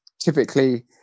typically